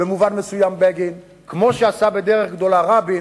במובן מסוים בגין, כמו שעשה בדרך גדולה רבין,